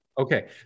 Okay